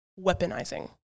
weaponizing